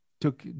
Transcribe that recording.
took